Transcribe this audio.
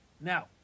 Now